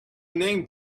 name